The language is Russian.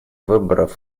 выборов